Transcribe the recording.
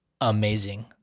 amazing